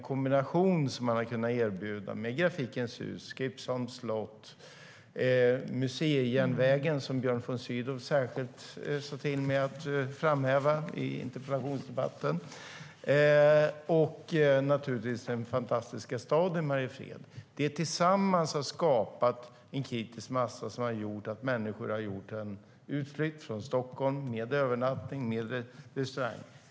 Kombinationen av Grafikens Hus, Gripsholms slott, museijärnvägen, som Björn von Sydow särskilt uppmanade mig att framhäva i debatten, och naturligtvis den fantastiska staden Mariefred har tillsammans skapat en kritisk massa som har fått människor att göra en utflykt från Stockholm med övernattning och restaurangbesök.